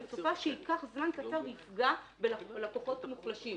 צופה שייקח זמן קצר ויפגע בלקוחות המוחלשים.